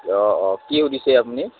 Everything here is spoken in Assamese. অঁ অঁ কি সুধিছে আপুনি